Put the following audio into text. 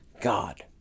God